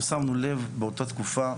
אנחנו שמנו לב באותה תקופה,